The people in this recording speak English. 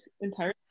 entire